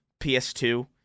PS2